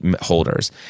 holders